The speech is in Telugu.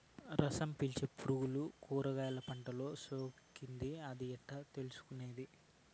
రసం పీల్చే పులుగులు కూరగాయలు పంటలో సోకింది అని ఎట్లా తెలుసుకునేది?